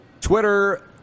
Twitter